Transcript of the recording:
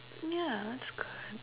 yeah that's good